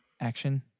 Action